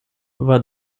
war